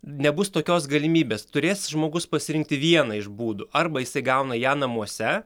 nebus tokios galimybės turės žmogus pasirinkti vieną iš būdų arba jisai gauna ją namuose